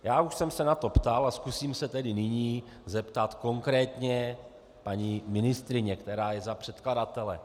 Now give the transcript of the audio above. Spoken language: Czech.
Já už jsem se na to ptal a zkusím se tedy nyní zeptat konkrétně paní ministryně, která je za předkladatele.